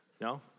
No